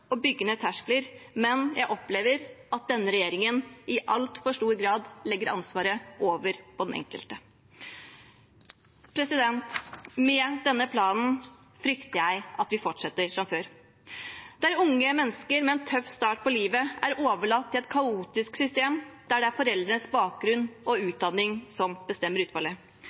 terskler, men jeg opplever at denne regjeringen i altfor stor grad legger ansvaret over på den enkelte. Med denne planen frykter jeg at vi fortsetter som før, der unge mennesker med en tøff start på livet er overlatt til et kaotisk system, der det er foreldrenes bakgrunn og utdanning som bestemmer utfallet.